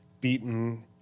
beaten